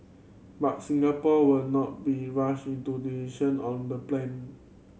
but Singapore will not be rushed into decision on the plane